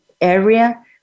area